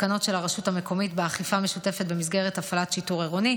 תקנות של הרשות המקומית באכיפה משותפת במסגרת הפעלת שיטור עירוני.